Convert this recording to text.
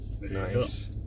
Nice